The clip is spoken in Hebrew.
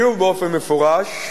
שוב באופן מפורש,